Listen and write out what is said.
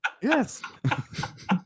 Yes